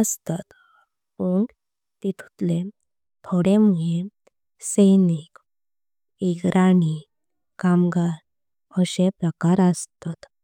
अस्तात पण तेतुंतले। थोडे मुए सैनीक एक राणी कामगार असे प्रकार अस्तात।